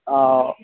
ओ